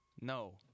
No